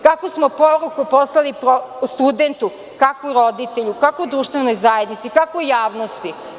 Kakvu smo poruku poslali studentu, kakvu roditelju, kakvu društvenoj zajednici, kakvu javnosti?